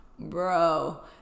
bro